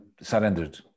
surrendered